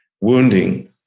wounding